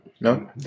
no